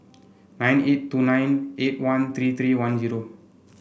nine eight two nine eight one three three one zero